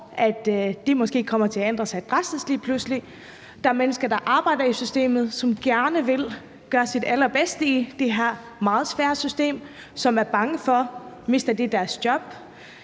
pludselig kommer til at ændre sig drastisk, og der er mennesker, der arbejder i systemet, som gerne vil gøre deres allerbedste i det her meget svære system, og som er bange for, om de mister deres job.